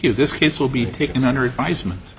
you this case will be taken under advisement